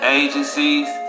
agencies